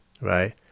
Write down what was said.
Right